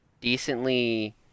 decently